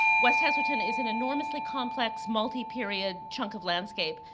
west heslerton is an enormously complex multi-period chunk of landscape,